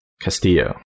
Castillo